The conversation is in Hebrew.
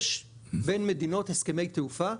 בין מדינות יש הסכמי תעופה,